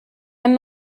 ein